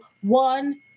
one